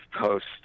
post-